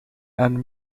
and